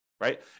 right